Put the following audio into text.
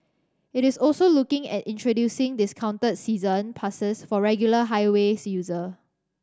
it is also looking at introducing discounted season passes for regular highways user